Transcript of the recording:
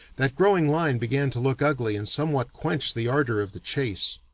that growing line began to look ugly and somewhat quenched the ardor of the chase.